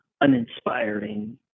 uninspiring